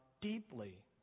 deeply